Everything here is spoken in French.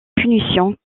punitions